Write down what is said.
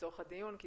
לצורך הדיון,